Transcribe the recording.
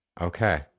Okay